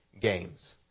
Games